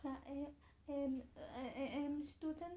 I am am a~ am am student